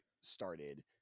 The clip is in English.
started